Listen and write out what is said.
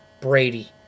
Brady